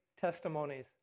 testimonies